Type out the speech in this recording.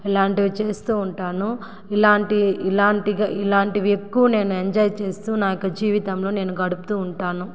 ఇలాంటివి చేస్తు ఉంటాను ఇలాంటి ఇలాంటి గ ఇలాంటివి ఎక్కువ నేను ఎంజాయ్ చేస్తూ నాకు జీవితం నేను గడుపుతు ఉంటాను